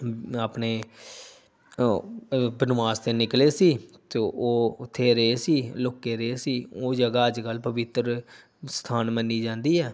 ਆਪਣੇ ਬਣਵਾਸ 'ਤੇ ਨਿਕਲੇ ਸੀ ਅਤੇ ਉਹ ਉੱਥੇ ਰਹੇ ਸੀ ਲੁੱਕ ਕੇ ਰਹੇ ਸੀ ਉਹ ਜਗ੍ਹਾ ਅੱਜ ਕੱਲ੍ਹ ਪਵਿੱਤਰ ਸਥਾਨ ਮੰਨੀ ਜਾਂਦੀ ਹੈ